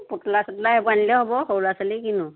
পুতলা চুতলা এইবোৰ আনিলে হ'ব সৰু ল'ৰা ছোৱালী কিনো